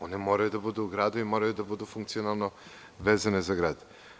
One moraju da budu u gradu i moraju da budu funkcionalno vezane za grad.